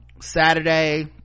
saturday